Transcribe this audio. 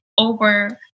Over